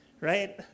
Right